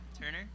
Turner